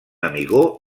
amigó